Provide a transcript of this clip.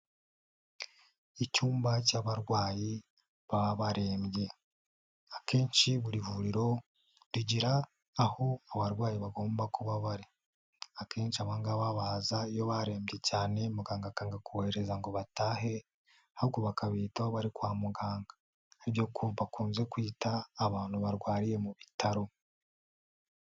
Icyumba cy'abarwayi baba barembye, akenshi buri vuriro rigira aho abarwayi bagomba kuba bari, akenshi abangaba baza iyo barembye cyane, muganga agakanga ko batahe ahubwo bakaha ibitaho bari kwa muganga, ibyo bakunze kwita abantu barwariye mu bitaro.